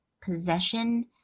possession